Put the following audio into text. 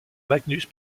magnus